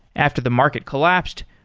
after the market collapsed,